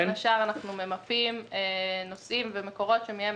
בין השאר אנחנו ממפים נושאים ומקורות שמהם